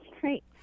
great